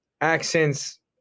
accents